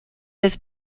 his